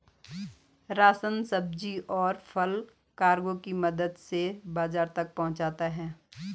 ration, सब्जी, और फल कार्गो की मदद से बाजार तक पहुंचता है